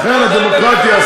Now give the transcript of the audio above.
אכן, דמוקרטיה.